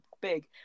big